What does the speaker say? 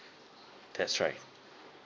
that's right